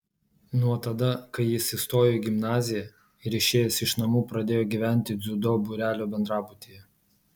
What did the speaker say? nuo tada kai jis įstojo į gimnaziją ir išėjęs iš namų pradėjo gyventi dziudo būrelio bendrabutyje